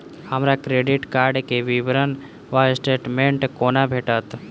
हमरा credit card केँ विवरण वा स्टेटमेंट कोना भेटत?